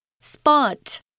spot